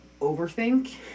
overthink